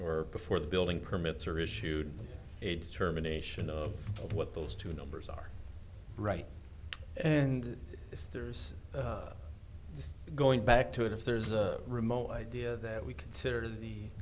or before the building permits are issued a determination of what those two numbers are right and if there's going back to it if there's a remote idea that we consider the